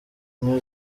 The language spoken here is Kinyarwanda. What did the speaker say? new